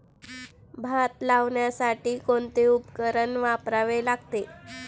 भात लावण्यासाठी कोणते उपकरण वापरावे लागेल?